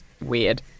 Weird